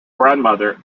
grandmother